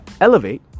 elevate